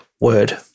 Word